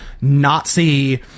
Nazi